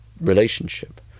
relationship